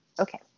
Okay